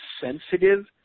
sensitive